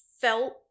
felt